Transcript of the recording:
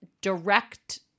direct